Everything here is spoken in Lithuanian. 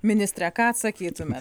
ministre ką atsakytumėt